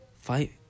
fight